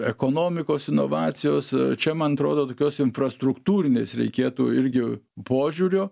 ekonomikos inovacijos čia man atrodo tokios infrastruktūrinės reikėtų irgi požiūrio